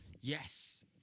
Yes